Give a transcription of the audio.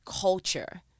culture